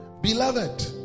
Beloved